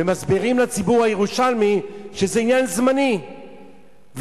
ומסבירים לציבור הירושלמי שזה עניין זמני,